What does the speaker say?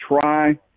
try